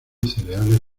cereales